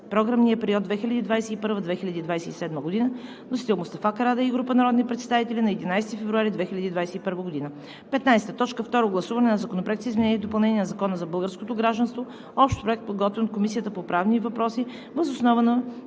програмния период 2021 – 2027 г. Вносители – Мустафа Карадайъ и група народни представители, на 11 февруари 2021 г. 15. Второ гласуване на Законопроекти за изменение и допълнение на Закона за българското гражданство. Общ проект, изготвен от Комисията по правни въпроси въз основа на